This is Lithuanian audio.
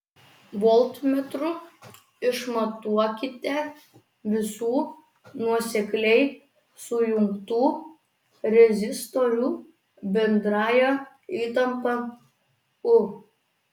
voltmetru išmatuokite visų nuosekliai sujungtų rezistorių bendrąją įtampą u